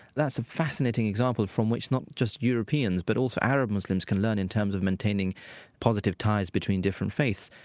that's a fascinating example from which not just europeans, but also arab muslims can learn in terms of maintaining positive ties between different faiths.